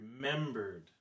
remembered